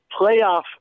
playoff